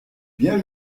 bien